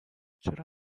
چرا